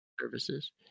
services